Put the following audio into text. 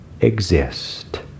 exist